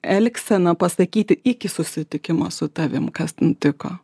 elgseną pasakyti iki susitikimo su tavim kas nutiko